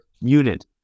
unit